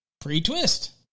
pre-twist